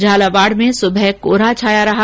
झालावाड़ में सुबह कोहरा छाया रहा